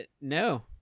No